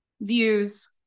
views